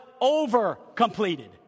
over-completed